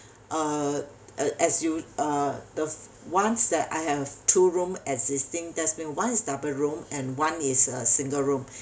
uh as you uh the ones that I have two room existing that's mean one is double room and one is a single room